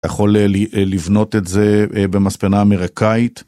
יכול לבנות את זה במספנה אמריקאית.